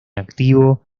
activo